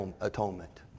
atonement